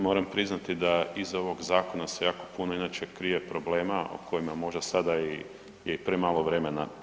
Moramo priznati da iza ovog zakona se jako puno inače krije problema o kojima možda sada je i premalo vremena.